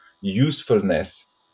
usefulness